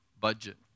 budget